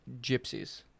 gypsies